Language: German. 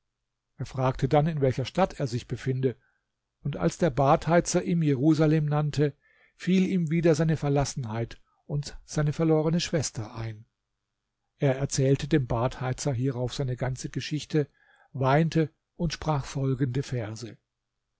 er fragte dann in welcher stadt er sich befinde und als der badheizer ihm jerusalem nannte fiel ihm wieder seine verlassenheit und seine verlorene schwester ein er erzählte dem badheizer hierauf seine ganze geschichte weinte und sprach folgende verse